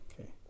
okay